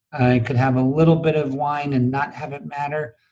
i could have a little bit of wine and not have it matter,